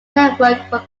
network